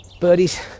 birdies